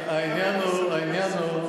העניין הוא,